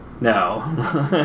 no